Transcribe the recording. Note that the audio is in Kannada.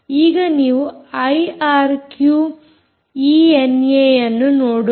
ಈಗ ನಾವು ಐಆರ್ಕ್ಯೂ ಈಎನ್ಏಅನ್ನು ನೋಡೋಣ